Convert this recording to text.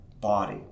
body